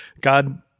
God